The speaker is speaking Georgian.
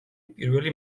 პირველი